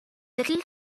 little